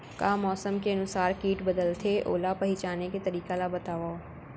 का मौसम के अनुसार किट बदलथे, ओला पहिचाने के तरीका ला बतावव?